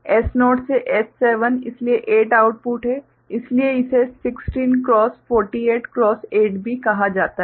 S0 से S7 इसलिए 8 output हैं इसलिए इसे 16⋅48⋅8 भी कहा जाता है